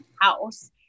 house